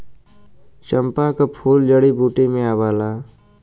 चंपा क फूल जड़ी बूटी में आवला